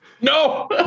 No